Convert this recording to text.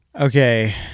Okay